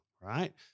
right